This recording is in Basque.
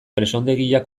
presondegia